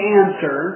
answer